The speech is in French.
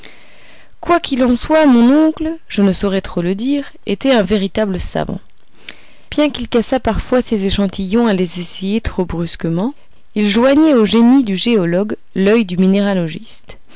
qu'il en soit mon oncle je ne saurais trop le dire était un véritable savant bien qu'il cassât parfois ses échantillons à les essayer trop brusquement il joignait au génie du géologue l'oeil du minéralogiste